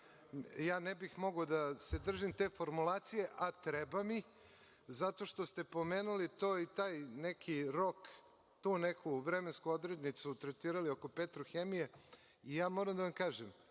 ja ne bih mogao da se držim te formulacije, a treba bi, jer ste spomenuli taj neki rok, tu neku vremensku odrednicu tretirali oko „Petrohemije. Moram da kažem,